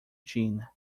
jeanne